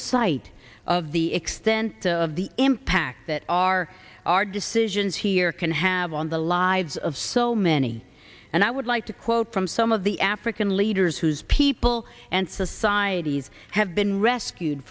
sight of the extent of the impact that our our decisions here can have on the lives of so many and i would like to quote from some of the african leaders whose people and societies have been rescued